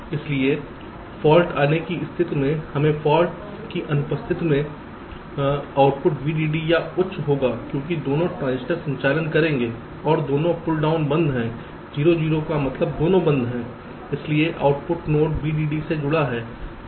इसलिए फाल्ट आने की स्थिति में हमें फाल्ट की अनुपस्थिति में आउटपुट VDD या उच्च होगा क्योंकि दोनों ट्रांजिस्टर संचालन करेंगे और दोनों पुल डाउन बंद हैं 0 0 का मतलब दोनों बंद हैंइसलिए आउटपुट नोड VDD से जुड़ा है